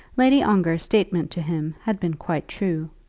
lady ongar's statement to him had been quite true.